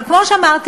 אבל כמו שאמרתי,